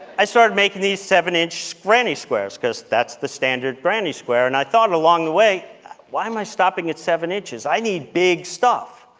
i started making these seven-inch granny squares because that's the standard granny square and i thought along the way why am i stopping at seven inches? i need big stuff.